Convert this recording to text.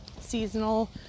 Seasonal